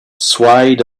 swayed